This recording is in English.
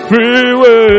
Freeway